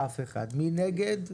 אף אחד, מי נגד?